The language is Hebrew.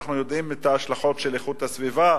אנחנו יודעים את ההשלכות על איכות סביבה,